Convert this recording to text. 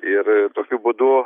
ir tokiu būdu